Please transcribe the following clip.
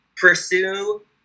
pursue